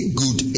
good